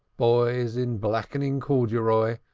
boys in blackening corduroy,